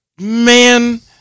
man